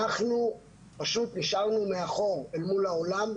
אנחנו פשוט נשארנו מאחור אל מול העולם,